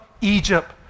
Egypt